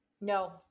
No